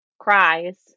cries